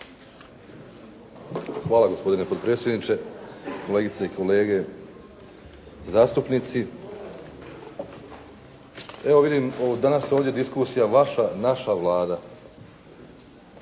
Hvala. Gospodine potpredsjedniče, kolegice i kolege zastupnici. Evo vidim danas ovdje diskusija, vaša, naša Vlada.